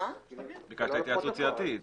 אבל ביקשת התייעצות סיעתית.